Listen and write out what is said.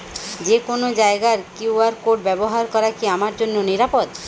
যে কোনো জায়গার কিউ.আর কোড ব্যবহার করা কি আমার জন্য নিরাপদ?